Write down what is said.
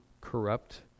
corrupt